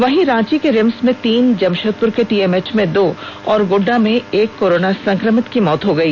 वहीं रांची के रिम्स में तीन जमशेदपुर के टीएमएच में दो और गोड्डा में एक कोरोना संक्रमित की मौत हो गई